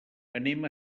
anem